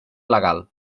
il·legal